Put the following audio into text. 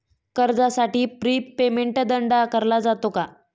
कर्जासाठी prepayment दंड आकारला जातो का?